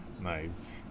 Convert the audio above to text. Nice